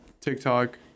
tiktok